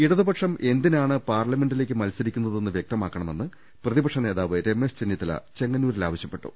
ഇടതുപക്ഷം എന്തിനാണ് പാർലമെന്റിലേക്ക് മത്സരിക്കുന്നതെന്ന് വ്യക്തമാക്കണമെന്ന് പ്രതിപക്ഷ നേതാവ് രമേശ് ചെന്നിത്തല ചെങ്ങ ന്നൂരിൽ ആവശ്യപ്പെട്ടു